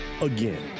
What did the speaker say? again